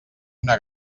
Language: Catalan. una